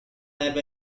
have